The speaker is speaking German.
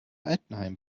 altenheim